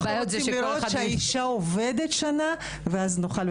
אנחנו רוצים לראות שהאישה עובדת שנה ואז נוכל לראות.